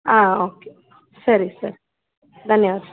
ಹಾಂ ಓಕೆ ಸರಿ ಸರ್ ಧನ್ಯವಾದ